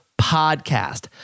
podcast